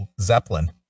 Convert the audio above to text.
Zeppelin